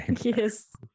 Yes